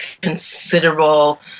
considerable